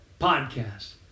podcast